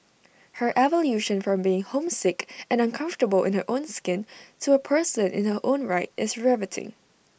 her evolution from being homesick and uncomfortable in her own skin to A person in her own right is riveting